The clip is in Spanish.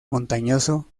montañoso